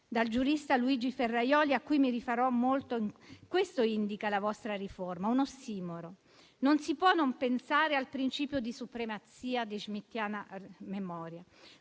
dal giurista Luigi Ferrajoli, a cui mi rifarò molto. Questo indica la vostra riforma: un ossimoro. Non si può non pensare al principio di supremazia di schmittiana memoria,